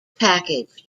package